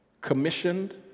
commissioned